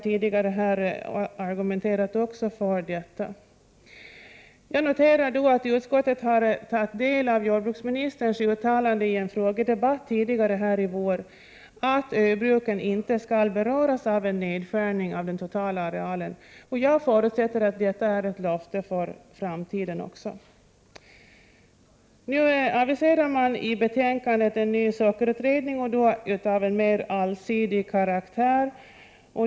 Jag noterar att utskottet har tagit del av jordbruksministerns uttalande i en frågedebatt tidigare i vår om att ö-sockerbruken inte skall beröras av en nedskärning av den totala arealen. Jag förutsätter att detta är ett löfte också för framtiden. Nu aviserar man i betänkandet en ny sockerutredning, och då av en mer allsidig karaktär.